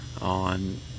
on